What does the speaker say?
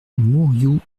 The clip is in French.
mourioux